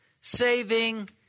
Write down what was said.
saving